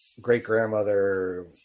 great-grandmother